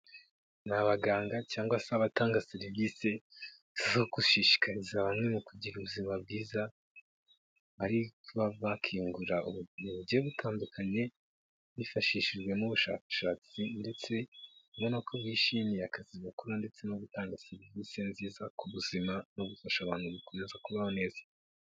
Ni abaganga cyangwa se abatanga serivisi zo gushishikariza abantu mu kugira ubuzima bwiza, bari kuba bakiyungura ubumenyi bugiye butandukanye bifashishije n'ubushakashatsi ndetse urabona ko bishimiye akazi bakora ndetse no gutanga serivisi nziza ku buzima no gufasha abantu gukomeza kubaho neza.